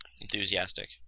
Enthusiastic